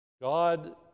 God